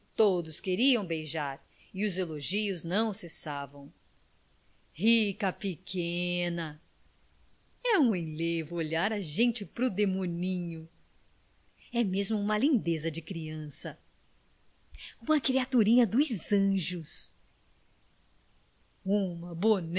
todos queriam beijar e os elogios não cessavam rica pequena é um enlevo olhar a gente pro demoninho é mesmo uma lindeza de criança uma criaturinha dos anjos